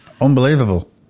Unbelievable